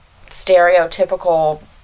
stereotypical